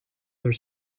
their